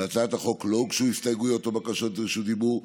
להצעת החוק לא הוגשו הסתייגויות או בקשות רשות דיבור.